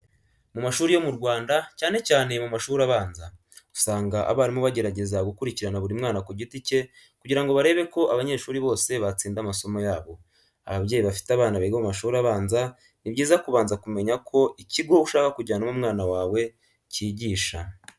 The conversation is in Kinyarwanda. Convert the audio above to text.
Mu mashuri yo mu Rwanda cyane cyane mu mashuri abanza, usanga abarimu bagerageza gukurikirana buri mwana ku giti cye kugira ngo barebe ko abanyeshuri bose batsinda amasomo yabo. Ababyeyi bafite abana biga mu mashuri abanza, ni byiza kubanza kumenya uko ikigo ushaka kujyanamo umwana wawe cyigisha.